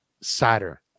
sadder